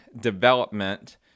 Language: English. development